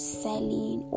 selling